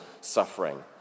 suffering